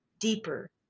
deeper